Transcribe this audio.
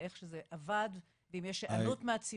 איך שזה עבד ואם יש היענות מהציבור.